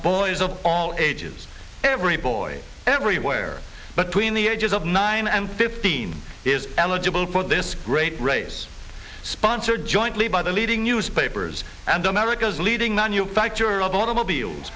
boys of all ages every boy everywhere but tween the ages of nine and fifteen is eligible for this great race sponsored jointly by the leading newspapers and america's leading manufacturer of automobiles